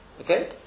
Okay